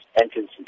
entrance